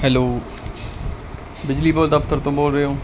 hello ਬਿਜਲੀ board ਦਫਤਰ ਤੋਂ ਬੋਲ ਰਹੇ ਹੋ